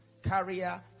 career